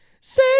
say